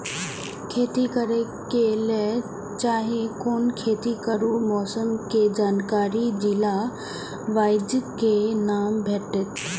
खेती करे के लेल चाहै कोनो खेती करू मौसम के जानकारी जिला वाईज के ना भेटेत?